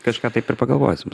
kažką taip ir pagalvosim